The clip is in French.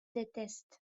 détestent